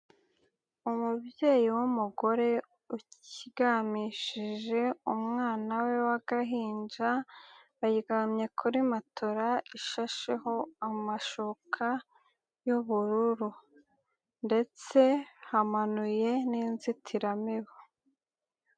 Umubyeyi w'umugore uryamishije umwana we w'agahinja, baryamye kuri matora ishasheho amashuka, y'ubururu, ndetse hamanuye n'inzitiramibu.